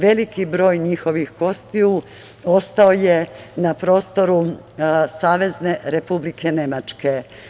Veliki broj njihovih kostiju ostao je na prostoru Savezne Republike Nemačke.